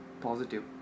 positive